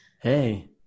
Hey